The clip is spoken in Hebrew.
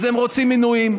אז הם רוצים מינויים.